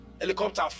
helicopter